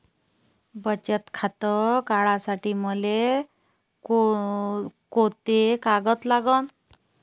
बचत खातं काढासाठी मले कोंते कागद लागन?